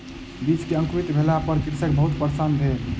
बीज के अंकुरित भेला पर कृषक बहुत प्रसन्न भेल